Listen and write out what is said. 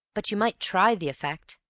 but you might try the effect?